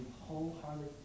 wholeheartedly